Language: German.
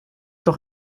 doch